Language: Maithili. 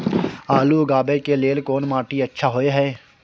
आलू उगाबै के लेल कोन माटी अच्छा होय है?